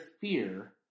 fear